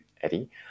Eddie